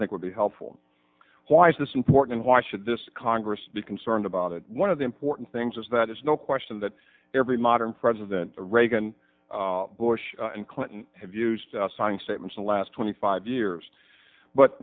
think would be helpful why is this important why should this congress be concerned about it one of the important things is that it's no question that every modern president reagan bush and clinton have used signing statements in the last twenty five years but